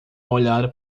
olhar